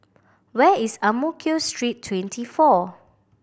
where is Ang Mo Kio Street Twenty four